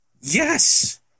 Yes